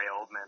Oldman